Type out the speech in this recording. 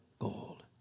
gold